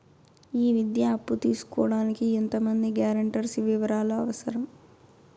ఈ విద్యా అప్పు తీసుకోడానికి ఎంత మంది గ్యారంటర్స్ వివరాలు అవసరం?